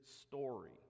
story